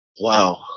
Wow